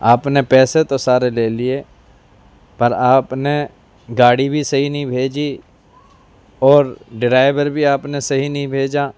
آپ نے پیسے تو سارے لے لیے پر آپ نے گاڑی بھی صحیح نہیں بھیجی اور ڈرائیور بھی آپ نے صحیح نہیں بھیجا